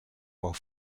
while